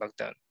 lockdown